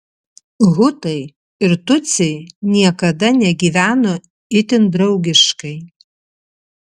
hutai ir tutsiai niekada negyveno itin draugiškai